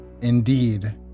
Indeed